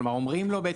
כלומר, אומרים לו.